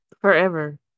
Forever